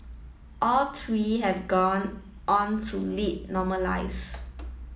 all three have gone on to lead normal lives